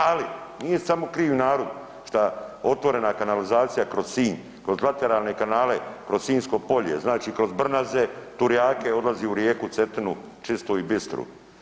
Ali nije samo kriv narod što otvorena kanalizacija kroz Sinj kroz … [[ne razumije se]] kanale, kroz Sinjsko polje znači kroz Brnaze, Turijake odlazi u rijeku Cetinu čistu i bistru.